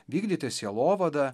vykdyti sielovadą